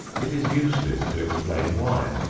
it is useless to explain why.